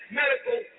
medical